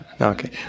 Okay